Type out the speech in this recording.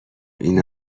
این